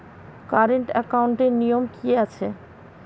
Current একাউন্টের নিয়ম কী আছে?